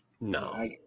No